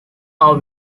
are